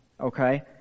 okay